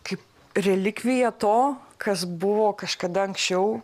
kaip relikvija to kas buvo kažkada anksčiau